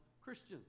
Christians